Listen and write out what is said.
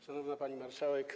Szanowna Pani Marszałek!